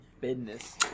Business